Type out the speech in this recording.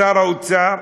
שר האוצר,